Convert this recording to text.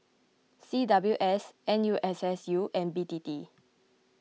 C W S N U S S U and B T T